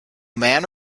man